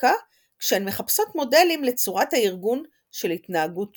הפוליטיקה כשהן מחפשות מודלים לצורת הארגון של התנהגות "תבונית".